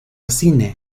cine